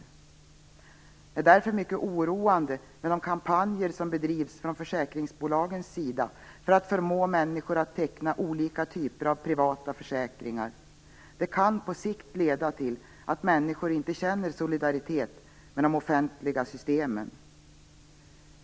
Det är därför mycket oroande med de kampanjer som bedrivs från försäkringsbolagens sida för att förmå människor att teckna olika typer av privata försäkringar. Det kan på sikt leda till att människor inte känner solidaritet med de offentliga systemen.